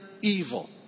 evil